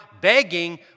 begging